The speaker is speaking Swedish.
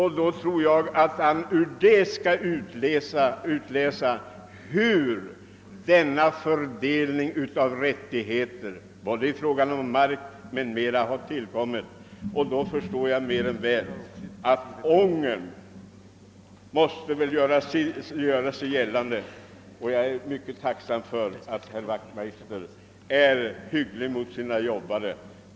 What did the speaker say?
Härav kan herr Wachtmeister säkert se hur fördelningen av rättigheterna, både i fråga om mark och annat, ägt rum. Jag förstår mer än väl att ångern måste göra sig gällande och jag är mycket tacksam för att herr Wachtmeister är hygg lig mot sina arbetare.